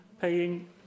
Paying